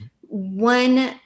one